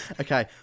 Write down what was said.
Okay